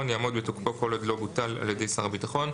יעמוד בתוקפו כל עוד לא בוטל על ידי שר הביטחון.